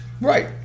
Right